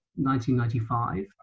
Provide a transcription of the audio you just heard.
1995